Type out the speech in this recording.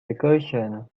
recursion